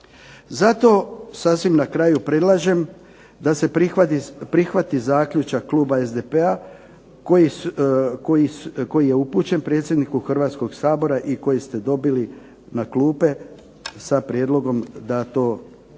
Zato sasvim na kraju predlažem da se prihvati zaključak kluba SDP-a koji je upućen predsjedniku Hrvatskog sabora i koji ste dobili na klupe sa prijedlogom da bude